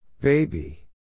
Baby